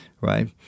right